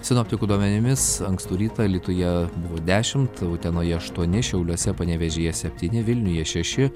sinoptikų duomenimis ankstų rytą alytuje buvo dešimt utenoje aštuoni šiauliuose panevėžyje septyni vilniuje šeši